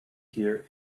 here